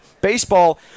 baseball